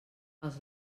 els